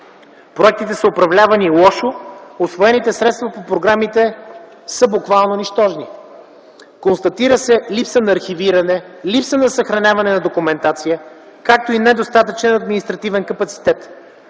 Проектите са управлявани лошо и усвоените средства по програмите са буквално нищожни. Констатира се липса на архивиране и съхраняване на документация, както и недостатъчен административен капацитет.